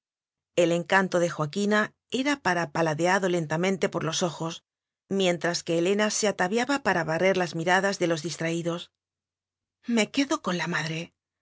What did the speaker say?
el encanto de joaquina era para paladeado lentamente por lós ojos mientras que helena se ataviaba para barrer las mi radas de los distraídos me quedo con la madre